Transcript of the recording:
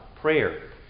prayer